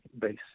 base